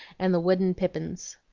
and the wooden pippins.